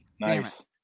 nice